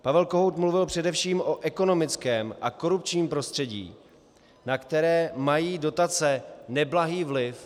Pavel Kohout mluvil především o ekonomickém a korupčním prostředí, na které mají dotace neblahý vliv.